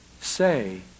Say